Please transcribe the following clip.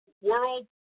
world